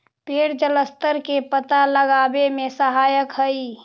पेड़ जलस्तर के पता लगावे में सहायक हई